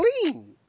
clean